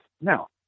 Now